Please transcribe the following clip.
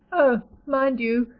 oh, mind you,